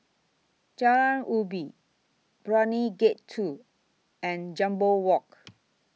Jalan Ubi Brani Gate two and Jambol Walk